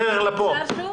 בדרך לפה.